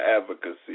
advocacy